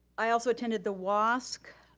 i also attended the wasc